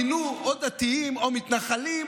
מינו או דתיים או מתנחלים,